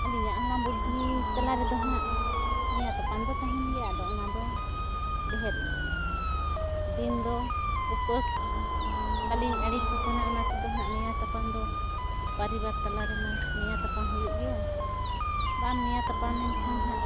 ᱟᱞᱤᱧᱟᱜ ᱦᱟᱲᱟᱢ ᱵᱩᱰᱷᱤ ᱛᱟᱞᱟ ᱨᱮᱫᱚ ᱦᱟᱸᱜ ᱱᱮᱭᱟᱣ ᱛᱟᱯᱟᱢ ᱫᱚ ᱱᱟᱜ ᱛᱟᱦᱮᱱ ᱜᱮᱭᱟ ᱟᱫᱚ ᱚᱱᱟ ᱫᱚ ᱰᱷᱮᱨ ᱫᱤᱱ ᱫᱚ ᱩᱯᱟᱹᱥ ᱵᱟᱞᱤᱧ ᱟᱹᱲᱤᱥᱟᱠᱟᱱᱟ ᱚᱱᱟ ᱛᱮᱫᱚ ᱦᱟᱸᱜ ᱱᱮᱭᱟᱣ ᱛᱟᱯᱟᱢ ᱫᱚ ᱯᱟᱨᱤᱵᱟᱨ ᱛᱟᱞᱟᱨᱮᱢᱟ ᱱᱮᱭᱟᱣ ᱛᱟᱯᱟᱢ ᱦᱩᱭᱩᱜ ᱜᱮᱭᱟ ᱵᱟᱢ ᱱᱮᱭᱟᱣ ᱛᱟᱯᱟᱢ ᱞᱮᱱᱠᱷᱟᱱ ᱦᱟᱸᱜ